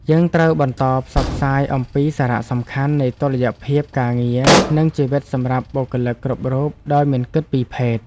យើងត្រូវបន្តផ្សព្វផ្សាយអំពីសារៈសំខាន់នៃតុល្យភាពការងារនិងជីវិតសម្រាប់បុគ្គលិកគ្រប់រូបដោយមិនគិតពីភេទ។